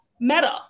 Meta